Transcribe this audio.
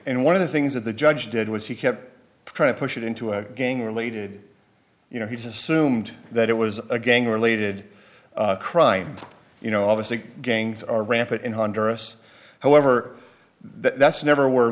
and one of the things that the judge did was he kept trying to push it into a gang related you know he's assumed that it was a gang related crime you know obviously gangs are rampant in honduras however that's never where